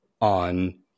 on